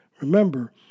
Remember